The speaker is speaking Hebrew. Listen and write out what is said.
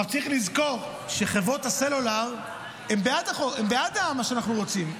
צריך לזכור שחברות הסלולר בעד מה שאנחנו רוצים,